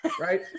right